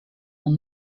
man